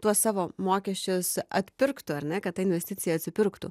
tuos savo mokesčius atpirktų ar ne kad ta investicija atsipirktų